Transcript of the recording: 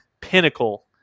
pinnacle